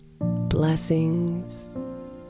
Blessings